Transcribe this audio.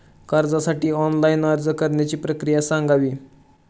कर्जासाठी ऑनलाइन अर्ज करण्याची प्रक्रिया सांगावी